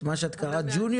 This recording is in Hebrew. את מה שקראת לו ג'וניור,